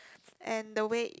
and the way it